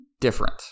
different